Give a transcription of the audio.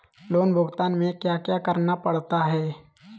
loan भुगतान में क्या क्या करना पड़ता है